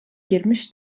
girmiş